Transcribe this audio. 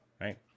right